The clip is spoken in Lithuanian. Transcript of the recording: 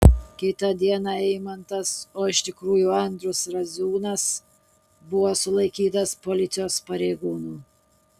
kitą dieną eimantas o iš tikrųjų andrius raziūnas buvo sulaikytas policijos pareigūnų